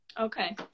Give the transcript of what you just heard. Okay